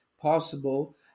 possible